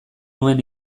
nuen